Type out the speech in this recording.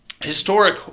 historic